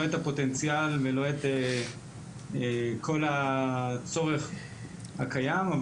לא את הפוטנציאל ולא את כל הצורך הקיים.